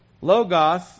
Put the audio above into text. Logos